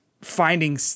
finding